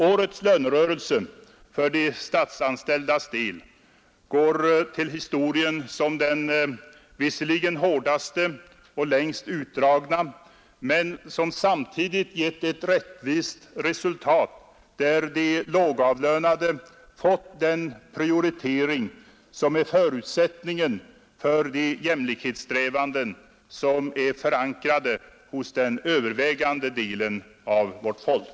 Årets lönerörelse för de statsanställdas del går till historien som den visserligen hårdaste och längst utdragna, men den har samtidigt gett ett rättvist resultat. De lågavlönade har fått den prioritering som är förutsättningen för de jämlikhetssträvanden, som är förankrade hos den övervägande delen av vårt folk.